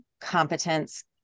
competence